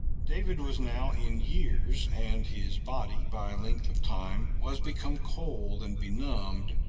david was now in years, and his body, by length of time, was become cold, and benumbed,